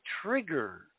trigger